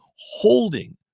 holding